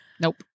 Nope